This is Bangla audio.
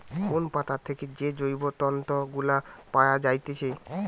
কোন পাতা থেকে যে জৈব তন্তু গুলা পায়া যাইতেছে